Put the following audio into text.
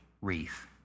wreath